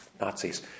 Nazis